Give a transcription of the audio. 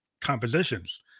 compositions